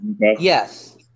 Yes